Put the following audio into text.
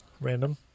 Random